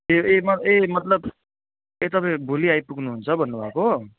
ए ए ए मतलब ए तपाईँहरू भोलि आइपुग्नु हुन्छ भन्नुभएको